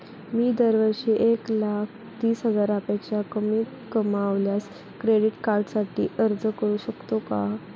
मी दरवर्षी एक लाख तीस हजारापेक्षा कमी कमावल्यास क्रेडिट कार्डसाठी अर्ज करू शकतो का?